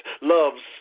loves